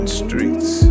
streets